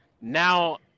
now